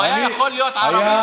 הוא היה יכול להיות ערבי,